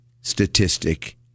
statistic